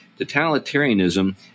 Totalitarianism